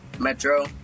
Metro